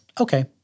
okay